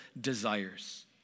desires